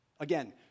Again